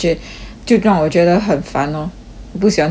就让我觉得很烦 orh 我不喜欢这样的人 ah